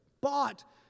bought